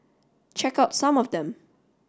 check out some of them